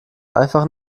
einfach